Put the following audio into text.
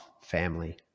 family